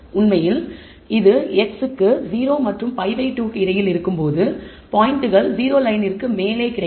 உண்மையில் இது x 0 மற்றும் π2 க்கு இடையில் இருக்கும் போது பாயிண்ட்கள் 0 லயனிற்கு மேலே இருக்கும்